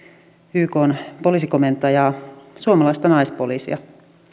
ykn poliisikomentajaa suomalaista naispoliisia